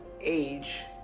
Age